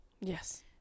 Yes